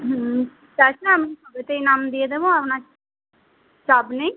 হুম তা ছাড়া আমি সবেতেই নাম দিয়ে দেবো আপনার চাপ নেই